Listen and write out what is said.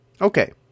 Okay